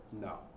no